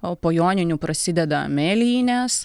o po joninių prasideda mėlynės